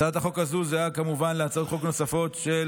הצעת החוק הזו זהה כמובן להצעות חוק נוספות של